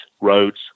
roads